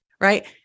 right